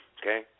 okay